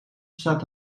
staat